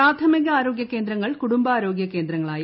പ്രാഥമികാരാഗൃ കേന്ദ്രങ്ങൾ കുടുംബാരോഗ്യ കേന്ദ്രങ്ങളായി